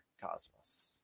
cosmos